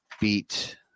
beat